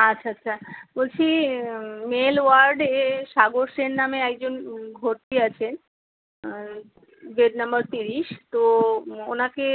আচ্ছা আচ্ছা বলছি মেল ওয়ার্ডে সাগর সেন নামে একজন ভর্তি আছে বেড নাম্বার ত্রিশ তো ওনাকে